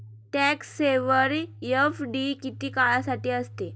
Tax saver FD किती काळासाठी असते?